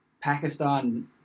Pakistan